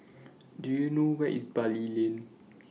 Do YOU know Where IS Bali Lane